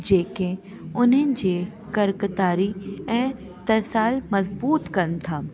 जेके उन्हनि जे करकतारी ऐं तैसाइल मज़बूत कनि था